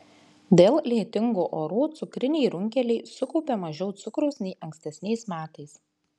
dėl lietingų orų cukriniai runkeliai sukaupė mažiau cukraus nei ankstesniais metais